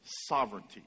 sovereignty